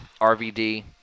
RVD